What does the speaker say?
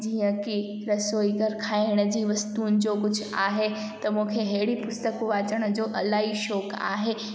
जीअं की रसोई घर खाइण जी वस्तुनि जो कुझु आहे त मूंखे अहिड़ी पुस्तकूं वाचण जो इलाही शौक़ु आहे